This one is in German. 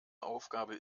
aufgabe